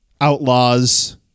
Outlaws